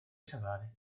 salvare